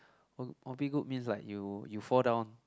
or or be good means like you you fall down